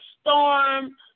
storm